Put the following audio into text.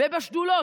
ובשדולות,